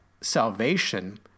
salvation